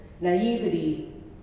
naivety